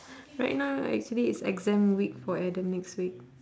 right now actually is exam week for adam next week